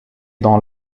dans